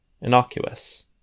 Innocuous